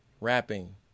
rapping